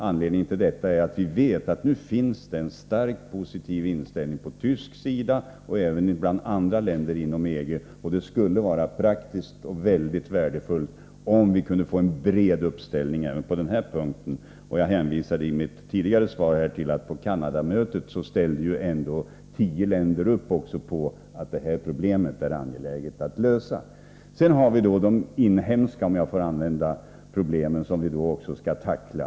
Anledningen till detta är att vi vet att det nu finns en starkt positiv inställning på tysk sida och även i andra länder än Tyskland inom EG. Det skulle vara praktiskt och mycket värdefullt om vi kunde få en bred uppslutning även på denna punkt. Jag hänvisade ju i ett tidigare svar till att på Canadamötet ställde ändå tio länder upp på att det är angeläget att lösa problemet. Sedan har vi de inhemska problemen — om jag så får säga — som vi skall tackla.